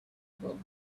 table